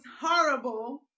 horrible